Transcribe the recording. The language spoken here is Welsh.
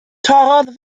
torrodd